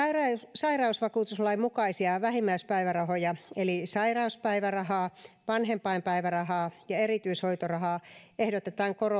sairausvakuutuslain mukaisia vähimmäispäivärahoja eli sairauspäivärahaa vanhempainpäivärahaa ja erityishoitorahaa ehdotetaan